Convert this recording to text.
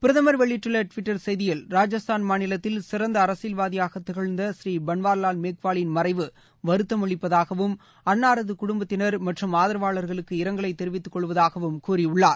பிரமர் வெளியிட்டுள்ள டுவிட்டர் செய்தியில் ராஜஸ்தான் மாநிலத்தில் சிறந்த அரசியல்வாதியாக திகழ்ந்த ஸ்ரீ பள்வர்வால் மேக்வாலின் மறைவு வருத்தம் அளிப்பதாகவும் அள்னாரது குடும்பத்தினர் மற்றும் ஆதரவாளர்களுக்கு இரங்கலை தெரிவித்துக்கொள்வதாகக் கூறியுள்ளார்